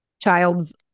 child's